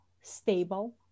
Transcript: stable